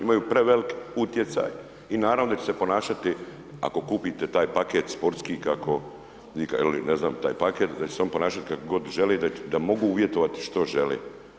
Imaju prevelik utjecaj i naravno da će se ponašati ako kupite taj paket sportski kako ili ne znam taj paket da će se on ponašati kako god želi da mogu uvjetovati što žele.